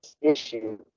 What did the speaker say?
issue